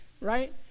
right